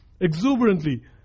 exuberantly